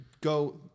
go